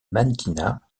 mannequinat